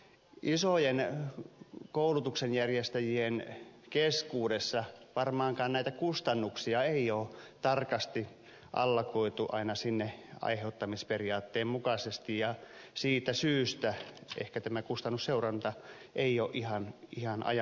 isojen koulutuksen järjestäjien keskuudessa varmaankaan näitä kustannuksia ei ole tarkasti allokoitu aina sinne aiheuttamisperiaatteen mukaisesti ja siitä syystä ehkä kustannusseuranta ei ole ihan ajan tasalla